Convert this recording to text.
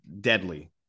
deadly